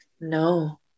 No